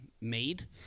made